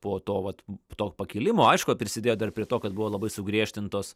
po to vat to pakilimo aišku prisidėjo dar prie to kad buvo labai sugriežtintos